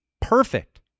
perfect